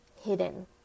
hidden